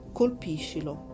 colpiscilo